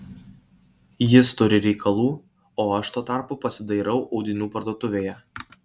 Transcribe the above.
jis turi reikalų o aš tuo tarpu pasidairau audinių parduotuvėje